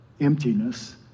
emptiness